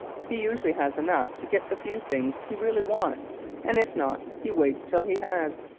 he usually has enough to get the few things he really wants and if not he waits till he has.